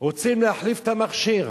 רוצים להחליף את המכשיר.